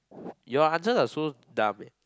your answers are so dumb eh